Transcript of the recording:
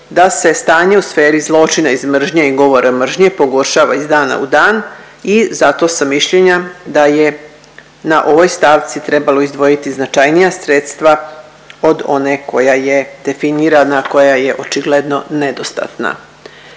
da se stanje u sferi zločina iz mržnje i govora mržnje pogoršava iz dana u dan i zato sam mišljenja da je na ovoj stavci trebalo izdvojiti značajnija sredstva od one koja je definirana, koja je očigledno nedostatna.